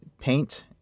paint